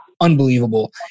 unbelievable